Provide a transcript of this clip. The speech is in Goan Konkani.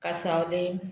कासावले